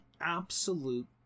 absolute